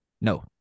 No